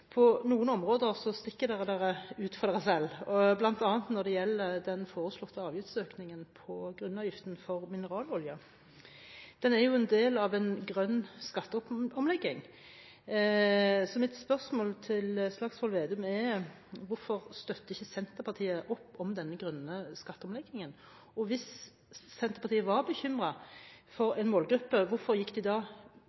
på noen områder stikker de seg ut for seg selv, bl.a. når gjelder den foreslåtte avgiftsøkningen på grunnavgiften for mineralolje. Den er jo en del av en grønn skatteomlegging. Mitt spørsmål til Slagsvold Vedum er: Hvorfor støtter ikke Senterpartiet opp om denne grønne skatteomleggingen? Og hvis Senterpartiet var bekymret for